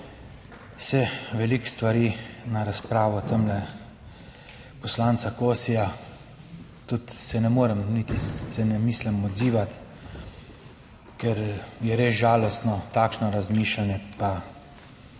Saj veliko stvari na razpravo tamle poslanca Kosija tudi se ne morem niti se ne mislim odzivati, ker je res žalostno takšno razmišljanje, pa